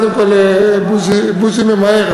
קודם כול בוז'י ממהר,